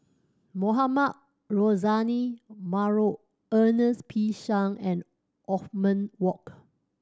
Mohamed Rozani Maarof Ernest P Shank and Othman Wok